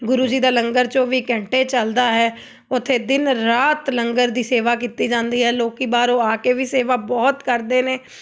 ਗੁਰੂ ਜੀ ਦਾ ਲੰਗਰ ਚੌਵੀ ਘੰਟੇ ਚੱਲਦਾ ਹੈ ਉੱਥੇ ਦਿਨ ਰਾਤ ਲੰਗਰ ਦੀ ਸੇਵਾ ਕੀਤੀ ਜਾਂਦੀ ਹੈ ਲੋਕ ਬਾਹਰੋਂ ਆ ਕੇ ਵੀ ਸੇਵਾ ਬਹੁਤ ਕਰਦੇ ਨੇ